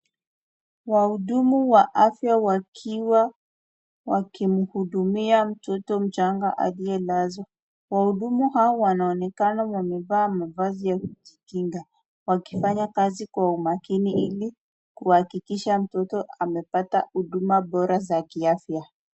Wahudumu wa afya wakiwa wakimhudumia mtoto mchanga aliye lazwa. Wahudumu hawa wanaonekana wamevaa mavazi ya kujikinga wakifanya kazi kwa umakini ili kuhakikisha mtoto amepata huduma bora za kiafya.